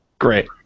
Great